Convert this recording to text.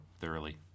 thoroughly